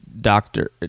Doctor